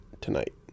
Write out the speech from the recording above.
tonight